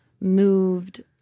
moved –